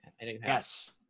yes